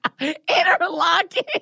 Interlocking